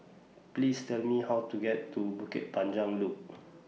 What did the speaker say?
Please Tell Me How to get to Bukit Panjang Loop